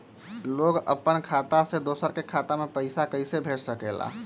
लोग अपन खाता से दोसर के खाता में पैसा कइसे भेज सकेला?